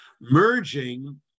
merging